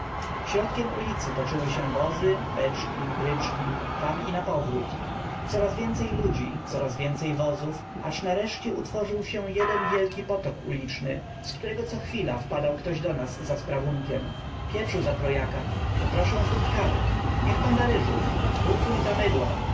środkiem ulicy toczyły się wozy beczki bryczki tam i napowrót coraz więcej ludzi coraz więcej wozów aż nareszcie utworzył się jeden wielki potok uliczny z którego cochwila ktoś wpadał do nas za sprawunkiem pieprzu za trojaka proszę funt kawy niech pan da ryżu pół funta mydła